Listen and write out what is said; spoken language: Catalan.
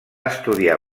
estudiar